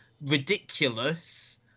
ridiculous